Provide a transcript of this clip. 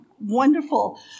wonderful